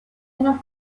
una